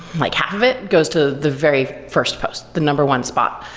like half of it goes to the very first post, the number one spot.